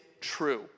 true